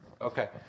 Okay